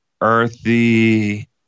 earthy